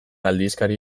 aldizkari